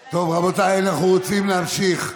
רבותיי, אנחנו רוצים להמשיך בסדר-היום: